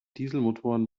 dieselmotoren